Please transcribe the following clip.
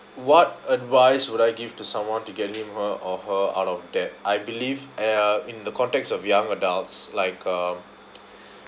what advice would I give to someone to get him her or her out of debt I believe uh in the context of young adults like um